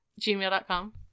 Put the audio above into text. gmail.com